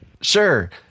Sure